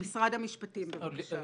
משרד המשפטים, בבקשה.